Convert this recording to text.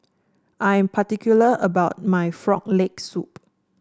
I'm particular about my Frog Leg Soup